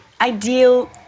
ideal